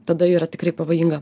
tada yra tikrai pavojinga